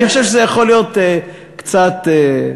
אני חושב שזה יכול להיות קצת שונה.